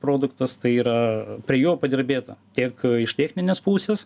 produktas tai yra prie jo padirbėta tiek iš techninės pusės